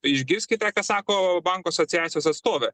tai išgirskite ką sako bankų asociacijos atstovė